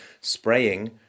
spraying